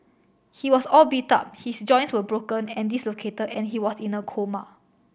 he was all beat up his joints were broken and dislocated and he was in a coma